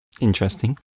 Interesting